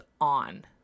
on